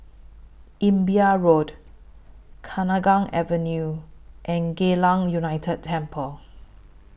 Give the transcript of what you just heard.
Imbiah Road Kenanga Avenue and Geylang United Temple